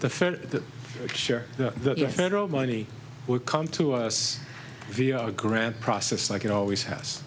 the federal money would come to us via a grant process like it always has